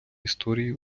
історії